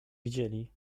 widzieli